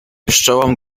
pszczołom